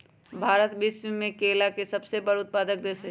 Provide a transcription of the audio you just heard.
भारत विश्व में केला के सबसे बड़ उत्पादक देश हई